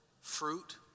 fruit